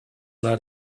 alla